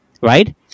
Right